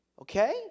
Okay